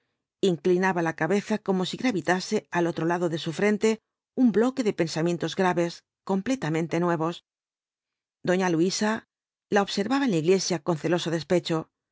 inclinaba la cabeza como si gravitase al otro lado de su frente un bloque de pensamientos graves completamente nuevos doña luisa la observaba en la iglesia con celoso despecho